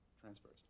transfers